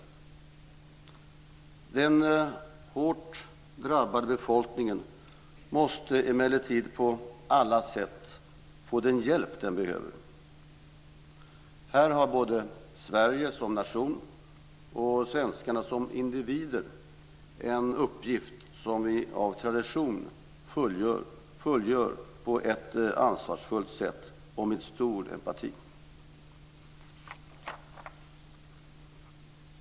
Den hårt drabbade befolkningen måste emellertid på alla sätt få den hjälp den behöver. Här har både Sverige som nation och svenskarna som individer en uppgift som vi av tradition fullgör på ett ansvarsfullt sätt och med stor empati.